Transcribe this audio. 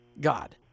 god